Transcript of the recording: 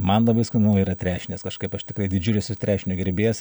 man labai skanu yra trešnės kažkaip aš tikrai didžiulis si trešnių gerbėjas